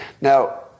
Now